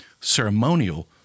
ceremonial